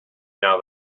now